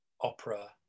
opera